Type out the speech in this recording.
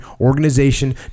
organization